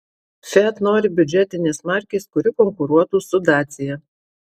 fiat nori biudžetinės markės kuri konkuruotų su dacia